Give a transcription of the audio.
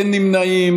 אין נמנעים.